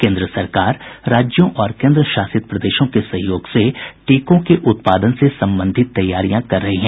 केंद्र सरकार राज्यों और केंद्रशासित प्रदेशों के सहयोग से टीकों के उत्पादन से संबंधित तैयारियां कर रही है